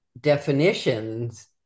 definitions